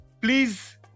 Please